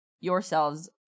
yourselves